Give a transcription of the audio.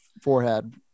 forehead